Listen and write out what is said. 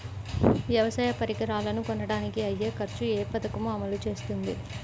వ్యవసాయ పరికరాలను కొనడానికి అయ్యే ఖర్చు ఏ పదకము అమలు చేస్తుంది?